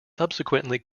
subsequently